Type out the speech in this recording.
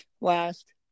last